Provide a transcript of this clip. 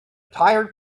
tired